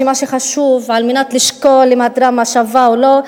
שמה שחשוב על מנת לשקול אם הדרמה שווה או לא,